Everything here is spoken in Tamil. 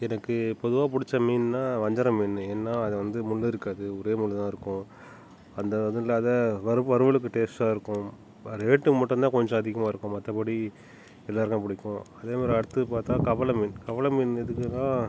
எனக்கு பொதுவா பிடிச்ச மீன்னா வஞ்சரம் மீன் ஏன்னால் அது வந்து முள்ளு இருக்காது ஒரே முள்ளு தான் இருக்குது அந்த அது இல்லாத வறு வறுவலுக்கு டேஸ்ட்டாக இருக்கும் அது ரேட்டு மட்டும் தான் கொஞ்சம் அதிகமாக இருக்குது மற்றபடி எல்லோருக்கு பிடிக்கும் அதே மாதிரி அடுத்தது பார்த்தா கவல மீன் கவல மீன் எதுக்குன்னா